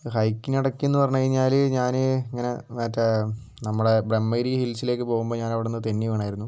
ഹൈക്കിനിടക്ക് എന്ന് പറഞ്ഞ് കഴിഞ്ഞാൽ ഞാൻ ഇങ്ങനെ മറ്റേ നമ്മളെ ബ്രഹ്മഗിരി ഹിൽസിലേക്ക് പോവുമ്പോൾ ഞാൻ അവിടെനിന്ന് തെന്നി വീണായിരുന്നു